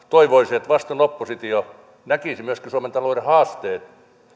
toivoisin että vastuullinen oppositio näkisi myöskin suomen talouden haasteet